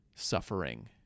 suffering